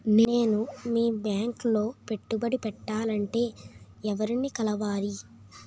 నేను మీ బ్యాంక్ లో పెట్టుబడి పెట్టాలంటే ఎవరిని కలవాలి?